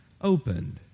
opened